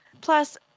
Plus